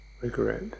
regret